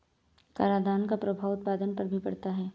करादान का प्रभाव उत्पादन पर भी पड़ता है